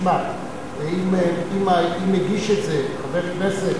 שאם יגיש את זה חבר כנסת